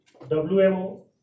WMO